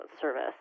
service